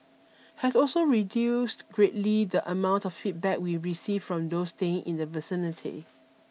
has also reduced greatly the amount of feedback we received from those staying in the vicinity